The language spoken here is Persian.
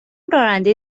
راننده